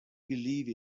believe